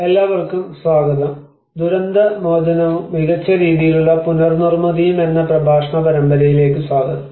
എല്ലാവർക്കും സ്വാഗതം ദുരന്ത മോചനവും മികച്ച രീതിയിലുള്ള പുനർ നിർമ്മിതിയും എന്ന പ്രഭാഷണ പരമ്പരയിലേക്ക് സ്വാഗതം